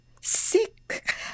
sick